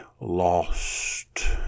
lost